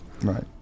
Right